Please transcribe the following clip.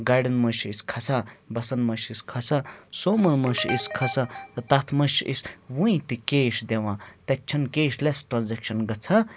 گاڑٮ۪ن منٛز چھِ أسۍ کھسان بَسَن منٛز چھِ أسۍ کھَسان سوموَن منٛز چھِ أسۍ کھَسان تہٕ تَتھ منٛز چھِ أسۍ وٕنہِ تہِ کیش دِوان تَتہِ چھَنہٕ کیش لٮ۪س ٹرٛانزیکشَن گژھان